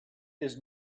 his